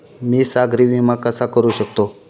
मी सागरी विमा कसा करू शकतो?